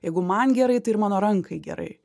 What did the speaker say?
jeigu man gerai tai ir mano rankai gerai